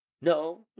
no